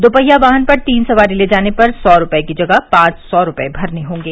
दुपहिया वाहन पर तीन सवारी ले जाने पर सौ रुपये की जगह पांच सौ रुपये भरने होंगे